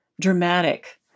dramatic